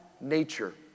nature